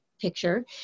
picture